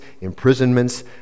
imprisonments